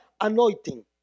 anointing